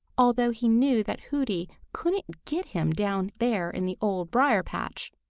although he knew that hooty couldn't get him down there in the old briar-patch.